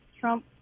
Trump